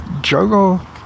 juggle